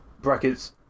brackets